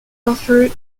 offer